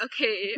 Okay